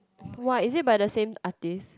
!wah! is it by the same artist